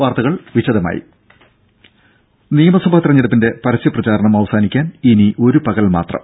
വാർത്തകൾ വിശദമായി നിയമസഭാ തിരഞ്ഞെടുപ്പിന്റെ പരസ്യ പ്രചാരണം അവസാനിക്കാൻ ഇനി ഒരു പകൽമാത്രം